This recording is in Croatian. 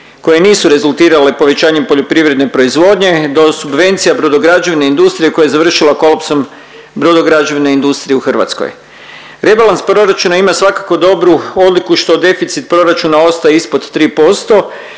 koje nisu rezultirale povećanjem poljoprivredne proizvodnje do subvencija brodograđevne industrije koja je završila kolapsom brodograđevne industrije u Hrvatskoj. Rebalans proračuna ima svakako dobru odliku što deficit proračuna ostaje ispod 3%